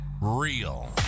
real